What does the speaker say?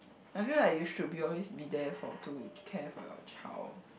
I feel like you should be always be there for to care for your child